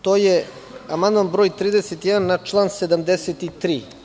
To je amandman broj 31. na član 73?